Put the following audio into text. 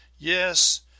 Yes